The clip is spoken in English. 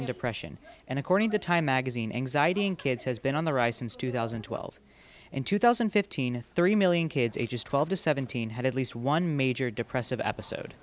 depression and according to time magazine anxiety in kids has been on the rise since two thousand and twelve and two thousand and fifteen three million kids ages twelve to seventeen had at least one major depressive episode